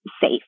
safe